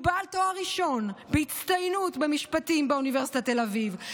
הוא בעל תואר ראשון בהצטיינות במשפטים באוניברסיטת תל אביב,